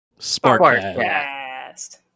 Sparkcast